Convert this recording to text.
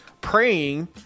praying